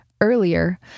Earlier